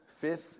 Fifth